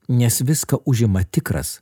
nes viską užima tikras